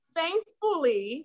thankfully